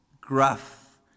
gruff